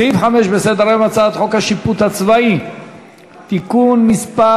סעיף 4 בסדר-היום: הצעת חוק השיפוט הצבאי (תיקון מס'